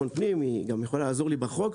פנים והיא גם יכולה לעזור לי בחוק.